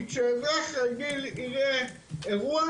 כי כשלאזרח רגיל יהיה אירוע,